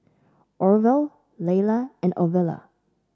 Orvel Layla and Ovila